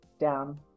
down